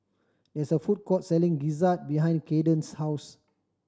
there's a food court selling gizzard behind Caiden's house